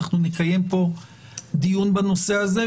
אנחנו נקיים פה דיון בנושא הזה,